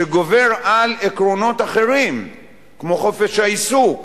שגובר על עקרונות אחרים כמו חופש העיסוק,